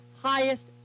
highest